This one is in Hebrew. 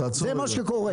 זה מה שקורה.